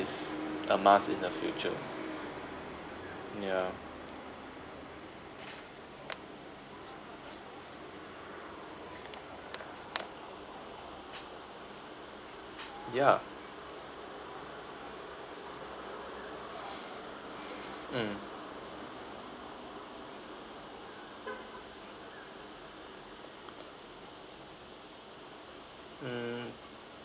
is a must in the future yeah yeah mm mm